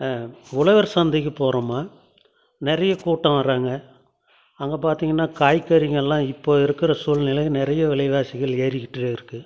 உழவர் சந்தைக்கு போகிறோம்மா நிறைய கூட்டம் வராங்க அங்கே பார்த்திங்கன்னா காய்கறிங்கள்லாம் இப்போ இருக்கிற சூழ்நிலையில் நிறைய விலைவாசிகள் ஏறிக்கிட்டு இருக்குது